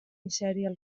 misèria